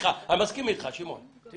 אני מסכים איתך, שמעון.